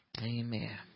Amen